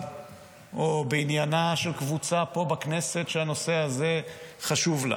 או בעניינה של קבוצה פה בכנסת שהנושא הזה חשוב לה,